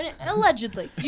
Allegedly